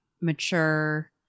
mature